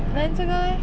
then 这个 leh